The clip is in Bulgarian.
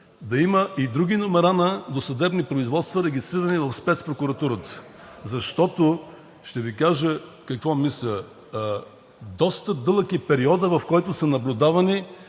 да има и други номера на досъдебни производства, регистрирани в Спецпрокуратурата, защото ще Ви кажа какво мисля. Доста дълъг е периодът, в който са наблюдавани